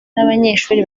n’abanyeshuri